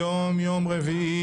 היום יום רביעי,